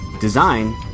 design